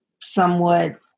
somewhat